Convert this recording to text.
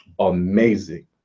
amazing